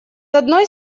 одной